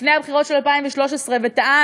לפני הבחירות של 2013 וטען